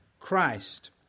Christ